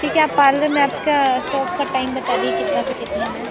ठीक है आप पार्लर में आपका शॉप का टाइम बता दीजिए कितने से कितना है